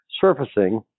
surfacing